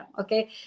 okay